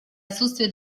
отсутствии